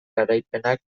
garaipenak